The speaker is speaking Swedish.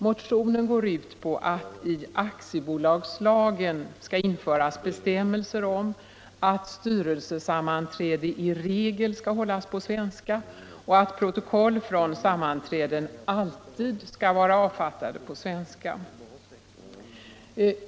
Motionen går ut på att i aktiebolagslagen skall införas bestämmelser om att styrelsesammanträde i regel skall hållas på svenska och att protokoll från sammanträden alltid skall vara avfattade på svenska.